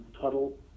Tuttle